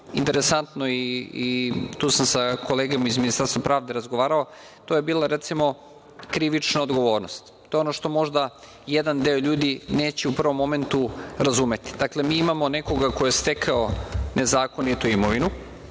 interesantno i tu sam sa kolegama iz Ministarstva pravde razgovara, to je bila krivična odgovornost, to je ono što možda jedan deo ljudi neće u prvom momentu razumeti. Dakle, mi imamo nekoga ko je stekao nezakonitu imovinu